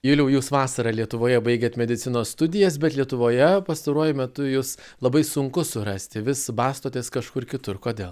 juliau jūs vasarą lietuvoje baigėt medicinos studijas bet lietuvoje pastaruoju metu jus labai sunku surasti vis bastotės kažkur kitur kodėl